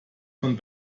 von